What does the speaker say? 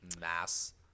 mass